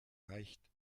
reicht